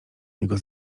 jego